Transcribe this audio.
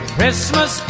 Christmas